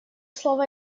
слово